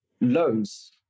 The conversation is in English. loans